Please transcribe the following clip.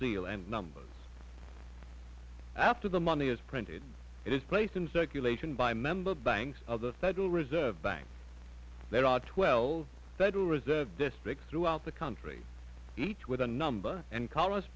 seal and number after the money is printed it is placed in circulation by member banks of the federal reserve bank there are twelve that will reserve districts throughout the country each with a number and call us